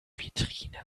vitrine